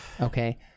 Okay